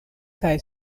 kaj